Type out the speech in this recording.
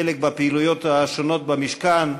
חלק בפעילויות השונות במשכן הכנסת.